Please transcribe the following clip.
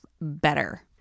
better